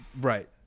Right